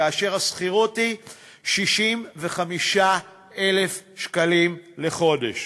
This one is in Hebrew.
כאשר השכירות היא 65,000 שקלים לחודש,